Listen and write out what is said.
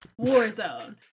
Warzone